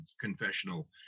confessional